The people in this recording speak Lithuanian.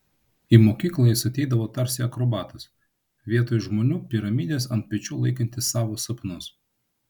į mokyklą jis ateidavo tarsi akrobatas vietoj žmonių piramidės ant pečių laikantis savo sapnus